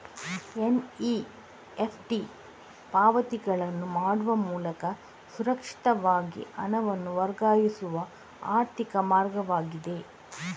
NEFT ಪಾವತಿಗಳನ್ನು ಮಾಡುವ ಮೂಲಕ ಸುರಕ್ಷಿತವಾಗಿ ಹಣವನ್ನು ವರ್ಗಾಯಿಸುವ ಆರ್ಥಿಕ ಮಾರ್ಗವಾಗಿದೆ